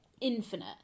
infinite